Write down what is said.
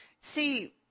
See